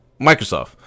Microsoft